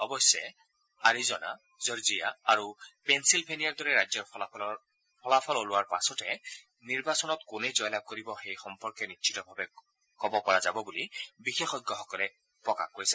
অৱশ্যে Arizona Georgia আৰু পেঞ্চিলভেনিয়াৰ দৰে ৰাজ্যৰ ফলাফল ওলোৱাৰ পাছতহে নিৰ্বাচনত কোনে জয়লাভ কৰিব এই সম্পৰ্কে নিশ্চিতভাৱে কব পৰা যাব বুলি বিশেষজ্ঞসকলে প্ৰকাশ কৰিছে